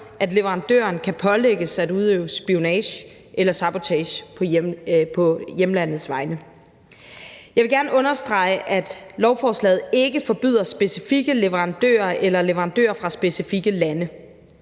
at leverandøren kan pålægges at udøve spionage eller sabotage på hjemlandets vegne. Jeg vil gerne understrege, at lovforslaget ikke forbyder specifikke leverandører eller leverandører fra specifikke lande.